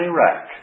Iraq